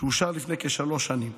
שאושר לפני כשלוש שנים